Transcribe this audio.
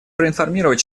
проинформировать